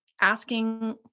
asking